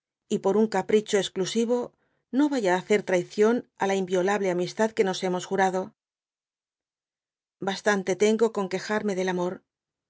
y por un capricho esclusivo no vajra á hacer traición á la inviolable amistad que nos hemos jurado bastante tengo con quejarme del amor